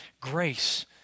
grace